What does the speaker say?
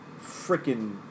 freaking